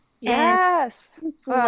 Yes